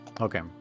Okay